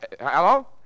Hello